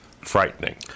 frightening